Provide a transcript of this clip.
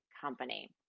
company